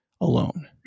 alone